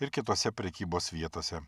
ir kitose prekybos vietose